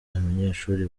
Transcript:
abanyeshuri